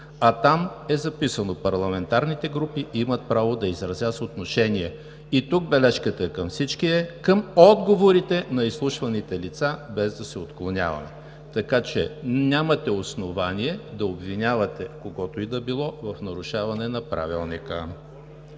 А там е записано: „Парламентарните групи имат право да изразят отношение.“ И тук бележката към всички е към отговорите на изслушваните лица, без да се отклоняваме. Така че нямате основание да обвинявате когото и да било в нарушаване на Правилника.